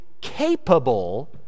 capable